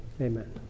Amen